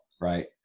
right